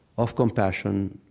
of compassion